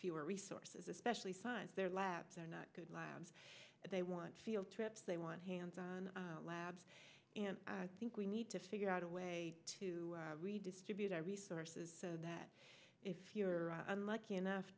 fewer resources especially since their labs are not good labs but they want field trips they want hands on labs and i think we need to figure out a way to redistribute our resources so that if you're unlucky enough